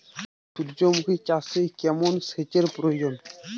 সূর্যমুখি চাষে কেমন সেচের প্রয়োজন?